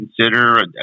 consider